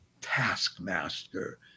taskmaster